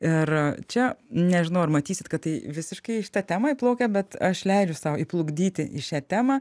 ir čia nežinau ar matysit kad tai visiškai į šitą temą įplaukia bet aš leidžiu sau įplukdyti į šią temą